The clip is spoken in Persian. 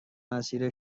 مسیر